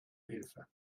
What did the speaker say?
hilfe